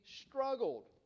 struggled